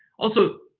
also,